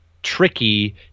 tricky